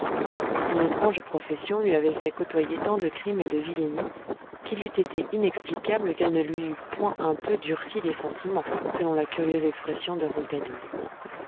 son étrange profession lui avait fait côtoyer tant de crimes et de vilenies qu'il eût été inexplicable qu'elle ne lui eût point un peu durci les sentiments selon la curieuse expression de